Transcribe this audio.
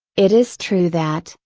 it is true that,